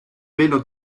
velo